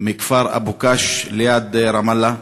מהכפר אבו-קש ליד רמאללה.